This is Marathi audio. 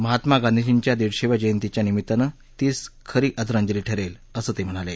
महात्मा गांधीर्जीच्या दीडशेव्या जयंतीच्या निमितानं तीच खरी आदरांजली ठरेल असं ते म्हणाले